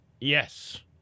Yes